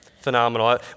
phenomenal